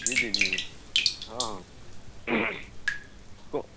जी जी जी जी हाँ हाँ कौ